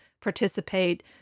participate